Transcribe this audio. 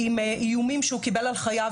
עם איומים שהוא קיבל על חייו,